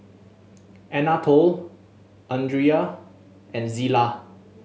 Anatole Andria and Zillah